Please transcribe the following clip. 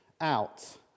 out